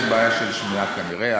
יש לי בעיה של שמיעה כנראה,